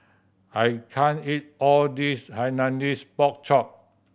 I can't eat all this Hainanese Pork Chop